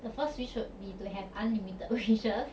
the first wish would be to have unlimited wishes